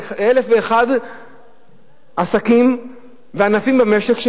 באלף-ואחד עסקים וענפים במשק,